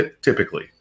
typically